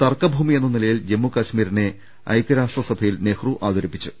തർക്കഭൂമി എന്ന നിലയിൽ ജമ്മു കശ്മീരിനെ ഐക്യരാഷ്ട്രസഭയിൽ നെഹ്രു അവതരിപ്പിച്ചു